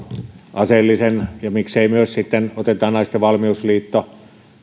aseellista palvelua ja miksei myös sitten naisten valmiusliittoa